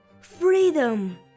Freedom